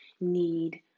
need